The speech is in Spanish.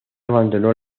abandonó